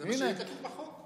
זה מה שיהיה כתוב בחוק.